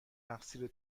تقصیر